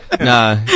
Nah